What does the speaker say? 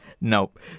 nope